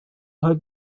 her